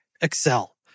Excel